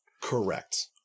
Correct